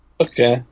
Okay